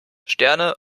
sterne